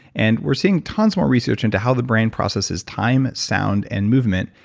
and we're seeing tons more research into how the brain processes time, sound, and movement.